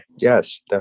yes